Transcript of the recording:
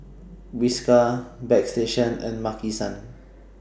Whiskas Bagstationz and Maki San